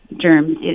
Germs